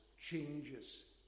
changes